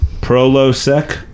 prolosec